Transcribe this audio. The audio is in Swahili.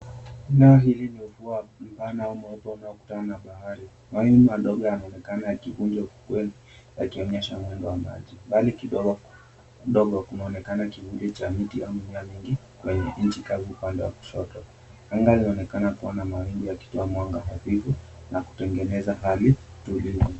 Eneo hili ni ufuo mpana mweupe unaokutana na bahari . Mawingu madogo yanaonekana yakikuja ufukweni yakionyesha mwendo wa maji. Mbali kidogo kunaonekana kivuli cha miti au mimea mingi kwenye nchi kavu upande wa kushoto. Anga linaonekana kuwa na mawingu yakitoa mwanga hafifu na kutengeneza hali tulivu.